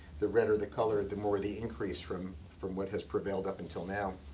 the redder the color, the more the increase, from from what has prevailed up until now.